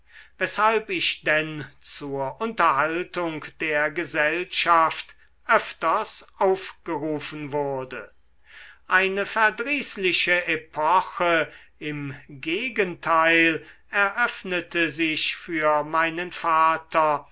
weshalb ich denn zur unterhaltung der gesellschaft öfters aufgerufen wurde eine verdrießliche epoche im gegenteil eröffnete sich für meinen vater